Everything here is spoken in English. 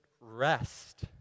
rest